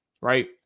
right